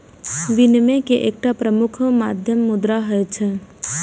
विनिमय के एकटा प्रमुख माध्यम मुद्रा होइ छै